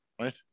right